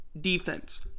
defense